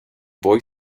boy